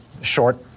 short